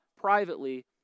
Privately